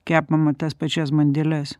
kepama tas pačias bandeles